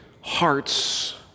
hearts